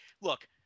look